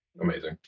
Amazing